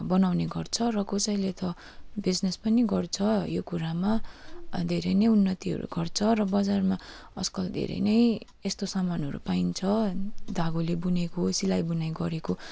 बनाउने गर्छ र कसैले त बिजिनेस पनि गर्छ यो कुरामा धेरै नै उन्नतिहरू गर्छ र बजारमा आजकल धेरै नै यस्तो समानहरू पाइन्छ धागोले बुनेको सिलाइ बुनाइ गरेको